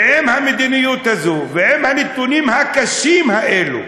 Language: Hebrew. ועם המדיניות הזו ועם הנתונים הקשים האלו,